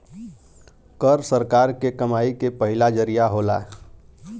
कर सरकार के कमाई के पहिला जरिया होला